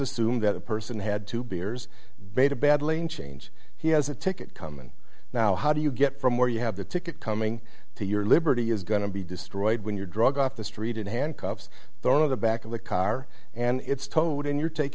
assume that a person had two beers made a bad lane change he has a ticket coming now how do you get from where you have the ticket coming to your liberty is going to be destroyed when you're drug off the street in handcuffs or of the back of the car and it's towed and you're take